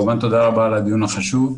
כמובן תודה רבה על הדיון החשוב.